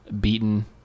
beaten